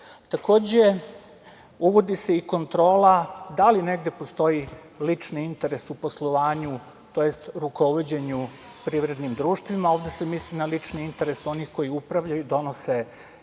odbora. Takođe, uvodi se i kontrola da li negde postoji lični interes u poslovanju tj. rukovođenju privrednim društvima. Ovde se misli na lični interes onih koji upravljaju i donose